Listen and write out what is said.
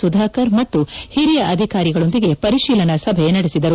ಸುಧಾಕರ್ ಮತ್ತು ಹಿರಿಯ ಅಧಿಕಾರಿಗಳೊಂದಿಗೆ ಪರಿಶೀಲನಾ ಸಭೆ ನಡೆಸಿದರು